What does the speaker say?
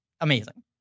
amazing